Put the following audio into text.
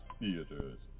Theaters